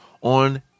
on